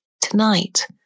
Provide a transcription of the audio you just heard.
Tonight